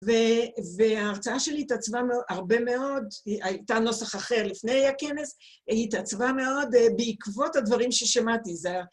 וההרצאה שלי התעצבה מאוד הרבה מאוד, הייתה נוסח אחר לפני הכנס, היא התעצבה מאוד בעקבות הדברים ששמעתי זה..